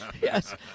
Yes